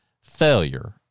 Failure